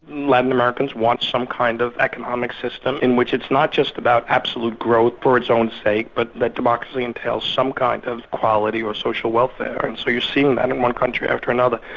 latin americans want some kind of economic system in which it's not just about absolute growth for its own sake, but that democracy entails some kind of quality or social welfare, and so you're seeing that in one country after another.